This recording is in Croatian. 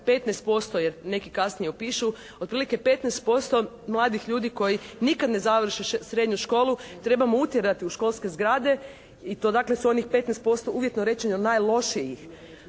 15% je neki kasnije upišu. Otprilike 15% mladih ljudi koji nikad ne završe srednju školu trebamo utjerati u školske zgrade i to dakle s onih 15% uvjetno rečeno najlošijih